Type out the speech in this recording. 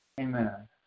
Amen